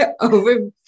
over